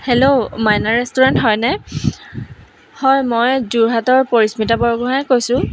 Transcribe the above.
hello Maina restaurant হয়নে হয় মই যোৰহাটৰ পৰিশ্মিতা বৰগোহাঁয়ে কৈছোঁ